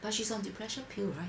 but she's on depression pill [right]